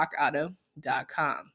rockauto.com